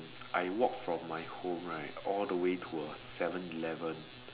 I walk from my home right all the way to a seven-eleven